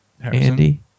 Andy